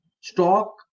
stock